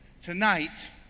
tonight